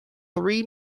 three